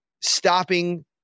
stopping